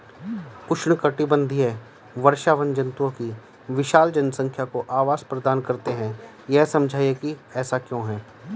उष्णकटिबंधीय वर्षावन जंतुओं की विशाल जनसंख्या को आवास प्रदान करते हैं यह समझाइए कि ऐसा क्यों है?